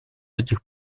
этих